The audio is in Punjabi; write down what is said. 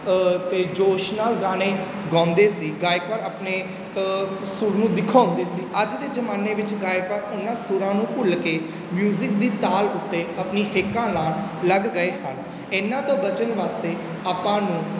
ਅਤੇ ਜੋਸ਼ ਨਾਲ ਗਾਣੇ ਗਾਉਂਦੇ ਸੀ ਗਾਇਕ ਆਪਣੇ ਸੁਰ ਨੂੰ ਦਿਖਾਉਂਦੇ ਸੀ ਅੱਜ ਦੇ ਜ਼ਮਾਨੇ ਵਿੱਚ ਗਾਇਕ ਉਹਨਾਂ ਸੁਰਾਂ ਨੂੰ ਭੁੱਲ ਕੇ ਮਿਊਜ਼ਿਕ ਦੀ ਤਾਲ ਉੱਤੇ ਆਪਣੀ ਹੇਕਾਂ ਲਗਾਉਣ ਲੱਗ ਗਏ ਹਨ ਇਹਨਾਂ ਤੋਂ ਬਚਣ ਵਾਸਤੇ ਆਪਾਂ ਨੂੰ